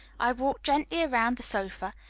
i walked gently around the sofa,